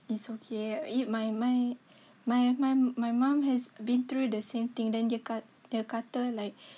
it's okay it my my my mum my mum has been through the same thing then dia ka~ dia kata like